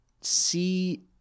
see